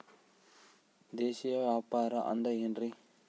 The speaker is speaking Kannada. ದೇಶೇಯ ವ್ಯಾಪಾರ ಅಂದ್ರೆ ಏನ್ರಿ?